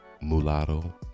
Mulatto